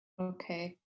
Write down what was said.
okay